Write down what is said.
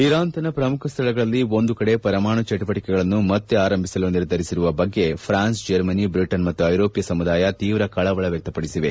Iran ತನ್ನ ಪ್ರಮುಖ ಸ್ಥಳಗಳಲ್ಲಿ ಒಂದು ಕಡೆ ಪರಮಾಣು ಚಟುವಟಿಕೆಗಳನ್ನು ಮತ್ತೆ ಆರಂಭಿಸಲು ನಿರ್ಧರಿಸಿರುವ ಬಗ್ಗೆ ಫ್ರಾನ್ಸ್ ಜರ್ಮನಿ ಬ್ರಿಟನ್ ಮತ್ತು ಐರೋಪ್ಠ ಸಮುದಾಯ ತೀವ್ರ ಕಳವಳ ವ್ಲಕ್ತಪಡಿಸಿದೆ